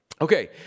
Okay